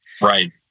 Right